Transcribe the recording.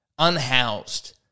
unhoused